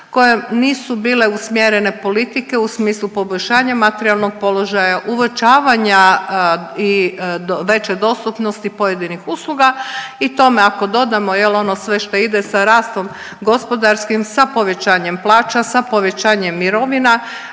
koje nisu bile usmjerene politike u smislu poboljšanja materijalnog položaja, uvećavanja i veće dostupnosti pojedinih usluga i tome ako dodamo jel ono sve što ide sa rastom gospodarskim sa povećanjem plaća, sa povećanjem mirovina